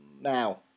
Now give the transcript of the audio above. now